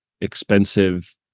expensive